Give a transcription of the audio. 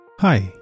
Hi